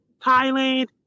Thailand